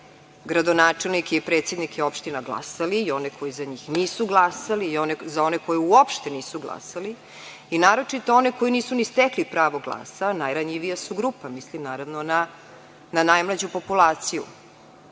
gradonačelnike i predsednike opština glasali i oni koji za njih nisu glasali, i za one koji uopšte nisu glasali i naročito one koji nisu ni stekli pravo glasa, najranjivija su grupa, mislim naravno na najmlađu populaciju.